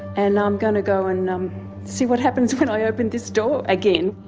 and i'm going to go and um see what happens when i opened this door again.